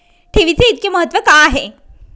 ठेवीचे इतके महत्व का आहे?